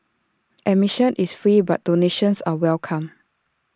admission is free but donations are welcome